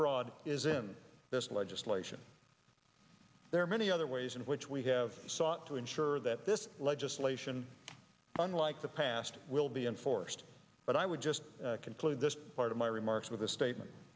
fraud is in this legislation there are many other ways in which we have sought to ensure that this legislation unlike the past will be enforced but i would just conclude this part of my remarks with the statement